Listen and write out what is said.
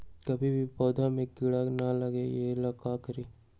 कभी भी पौधा में कीरा न लगे ये ला का करी?